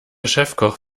chefkoch